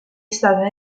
stata